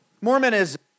Mormonism